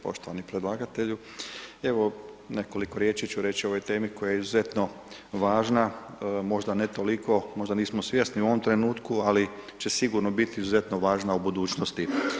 Poštovani predlagatelju, evo nekoliko riječi ću reći o ovoj temi koja je izuzetno važna, možda ne toliko, možda nismo svjesni u ovom trenutku, ali će sigurno biti izuzetno važna u budućnosti.